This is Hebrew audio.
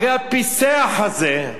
הרי הפיסח הזה,